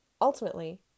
Ultimately